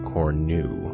Cornu